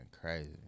crazy